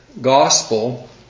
gospel